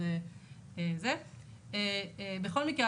בכל מקרה,